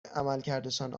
عملکردشان